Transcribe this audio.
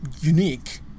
unique